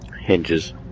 Hinges